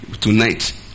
tonight